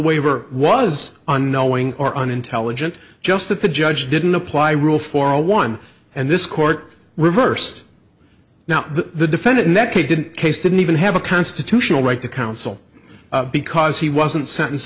waiver was unknowing or unintelligent just that the judge didn't apply rule for one and this court reversed now the defendant in that case did case didn't even have a constitutional right to counsel because he wasn't sentenced